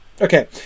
Okay